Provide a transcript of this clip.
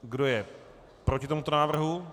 Kdo je proti tomuto návrhu?